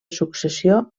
successió